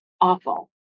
awful